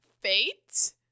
fate